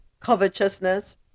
covetousness